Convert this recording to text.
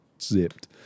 zipped